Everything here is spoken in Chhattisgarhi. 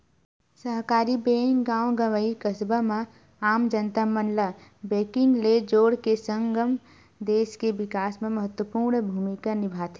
सहकारी बेंक गॉव गंवई, कस्बा म आम जनता मन ल बेंकिग ले जोड़ के सगं, देस के बिकास म महत्वपूर्न भूमिका निभाथे